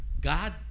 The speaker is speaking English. God